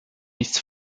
nichts